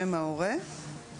שם ההורה,